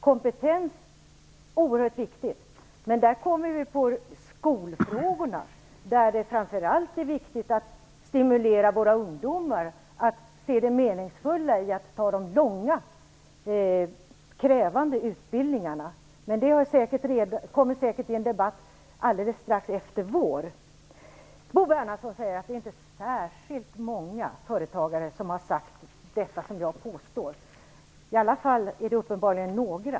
Kompetens är oerhört viktigt. Men där kommer vi in på skolfrågorna, där det framför allt är viktigt att stimulera våra ungdomar att se det meningsfulla i att välja de långa krävande utbildningarna. Men det kommer säkert i en debatt strax efter vår. Bo Bernhardsson säger att det inte är särskilt många företagare som har sagt det som jag påstår. Det är i alla fall några uppenbarligen.